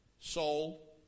soul